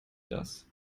das